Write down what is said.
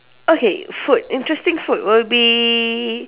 okay food interesting food will be